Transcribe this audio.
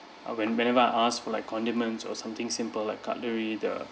uh when whenever I asked for like condiments or something simple like cutlery the